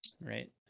right